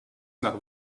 nach